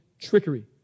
trickery